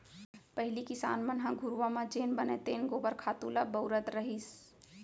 पहिली किसान मन ह घुरूवा म जेन बनय तेन गोबर खातू ल बउरत रहिस